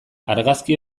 argazki